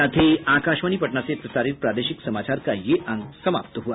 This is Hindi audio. इसके साथ ही आकाशवाणी पटना से प्रसारित प्रादेशिक समाचार का ये अंक समाप्त हुआ